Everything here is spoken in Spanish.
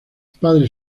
padres